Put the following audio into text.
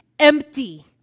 empty